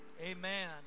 Amen